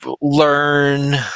learn